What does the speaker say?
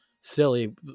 silly